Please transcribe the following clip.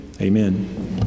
Amen